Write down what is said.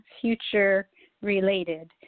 future-related